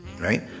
right